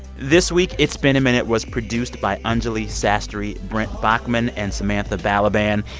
this week, it's been a minute was produced by anjuli sastry, brent baughman and samantha balaban.